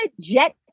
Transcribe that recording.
jet